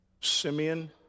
Simeon